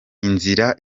inzira